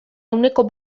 ehuneko